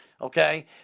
Okay